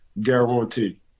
guarantee